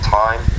time